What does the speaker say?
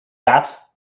that